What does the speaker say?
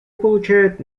получают